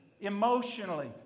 Emotionally